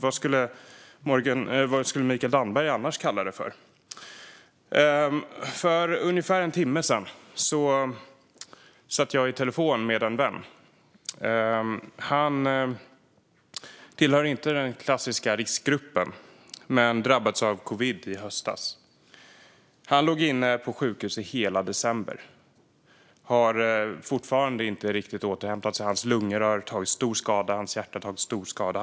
Vad skulle Mikael Damberg annars kalla det för? För ungefär en timme sedan satt jag i telefon med en vän. Han tillhör inte den klassiska riskgruppen men drabbades av covid i höstas. Han låg på sjukhus hela december och har fortfarande inte riktigt återhämtat sig. Hans lungor och hjärta har tagit stor skada.